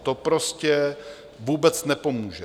To prostě vůbec nepomůže.